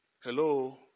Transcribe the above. Hello